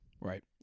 Right